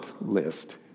list